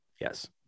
Yes